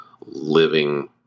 living